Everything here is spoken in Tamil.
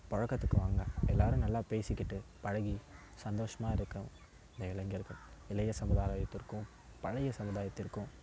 பழக்கத்துக்கு வாங்க எல்லாரும் நல்லா பேசிக்கிட்டு பழகி சந்தோஷமாக இருக்கும் இந்த இளைஞர்கள் இளைய சமுதாயத்திற்கும் பழைய சமுதாயத்திற்கும்